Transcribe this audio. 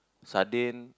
sardine